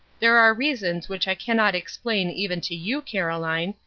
there are reasons which i cannot explain even to you, caroline,